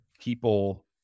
people